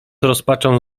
rozpaczą